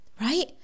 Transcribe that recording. Right